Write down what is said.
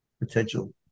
potential